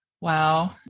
Wow